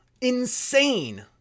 Insane